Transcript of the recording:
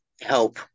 help